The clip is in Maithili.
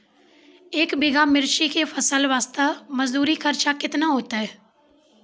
एक बीघा मिर्ची के फसल वास्ते मजदूरी खर्चा केतना होइते?